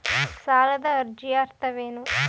ಸಾಲದ ಅರ್ಜಿಯ ಅರ್ಥವೇನು?